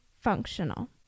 functional